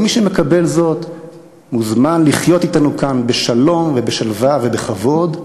כל מי שמקבל זאת מוזמן לחיות אתנו כאן בשלום ובשלווה ובכבוד,